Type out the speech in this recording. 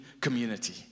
community